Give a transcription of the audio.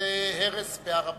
בנושא הרס בהר-הזיתים.